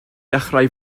dechrau